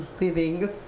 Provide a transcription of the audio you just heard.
living